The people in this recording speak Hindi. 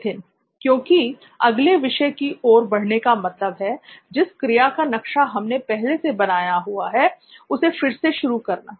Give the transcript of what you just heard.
नित्थिन क्योंकि अगले विषय की ओर बढ़ने का मतलब है जिस क्रिया का नक्शा हमने पहले से बनाया हुआ है उसे फिर से शुरू करना